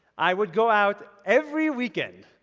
i would go out every weekend.